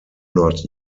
not